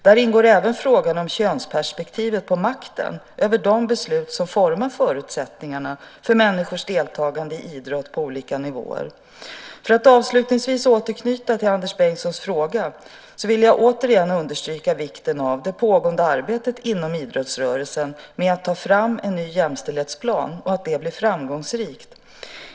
Där ingår även frågan om könsperspektivet på makten över de beslut som formar förutsättningarna för människors deltagande i idrotten på olika nivåer. För att avslutningsvis återknyta till Anders Bengtssons fråga vill jag återigen understryka vikten av att det pågående arbetet inom idrottsrörelsen med att ta fram en ny jämställdhetsplan blir framgångsrikt.